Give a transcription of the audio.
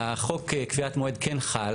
החוק קביעת מועד כן חל,